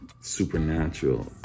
supernatural